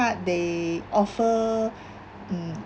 card they offer mm